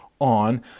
on